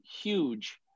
huge